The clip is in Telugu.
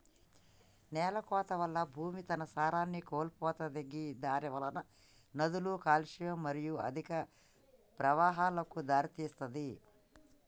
నేలకోత వల్ల భూమి తన సారాన్ని కోల్పోతది గిదానివలన నదుల కాలుష్యం మరియు అధిక ప్రవాహాలకు దారితీస్తది